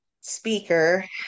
speaker